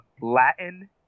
Latin